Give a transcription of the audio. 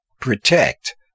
Protect